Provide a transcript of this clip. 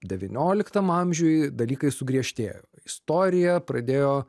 devynioliktam amžiuj dalykai sugriežtėjo istorija pradėjo